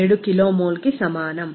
517 కిలోమోల్కి సమానం